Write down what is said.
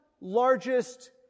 largest